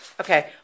Okay